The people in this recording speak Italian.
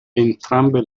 entrambe